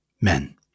men